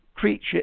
creature